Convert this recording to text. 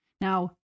now